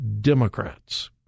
Democrats